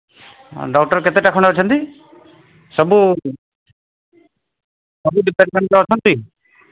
ଆଉ ଡକ୍ଟର୍ କେତେଟା ଖଣ୍ଡେ ଅଛନ୍ତି ସବୁ ସବୁ ଡିପାମେଣ୍ଟ୍ର ଅଛନ୍ତି